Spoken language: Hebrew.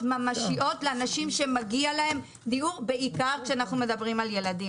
ממשיים לאנשים שמגיע להם דיור בעיקר כשאנחנו מדברים על ילדים,